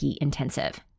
Intensive